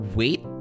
wait